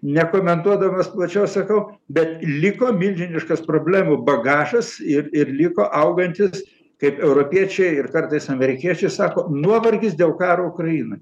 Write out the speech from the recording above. nekomentuodamas plačiau sakau bet liko milžiniškas problemų bagažas ir ir liko augantis kaip europiečiai ir kartais amerikiečiai sako nuovargis dėl karo ukrainoj